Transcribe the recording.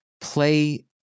play